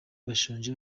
bashonje